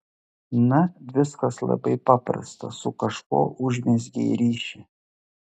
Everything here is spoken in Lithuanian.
na viskas labai paprasta su kažkuo užmezgei ryšį